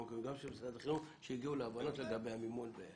המקומי וגם של משרד החינוך שהגיעו להבנות לגבי המימון.